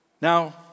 Now